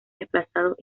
desplazados